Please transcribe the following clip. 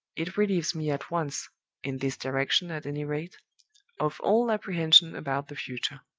it relieves me at once in this direction, at any rate of all apprehension about the future.